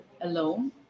alone